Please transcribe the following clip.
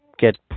get